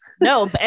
No